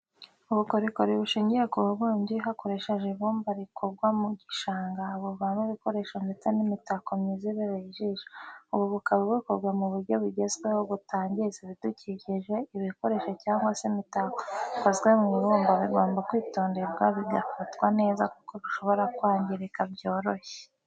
Ubukorikori bushingiye ku bubumbyi hakoreshejwe ibumba rikurwa mu gishanga buvamo ibikoresho ndetse n'imitako myiza ibereye ijisho, ubu bukaba bukorwa mu buryo bugezweho butangiza ibidukikije, ibikoresho cyangwa se imitako bikozwe mu ibumba bigomba kwitonderwa bigafatwa neza kuko bishobora kwangirika byoroshye.